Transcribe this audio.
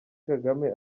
kagame